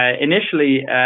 Initially